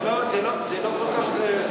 זה לא כל כך,